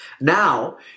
Now